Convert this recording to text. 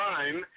Time